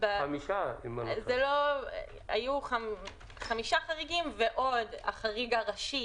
היו חמישה חריגים ועוד החריג הראשי,